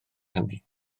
hynny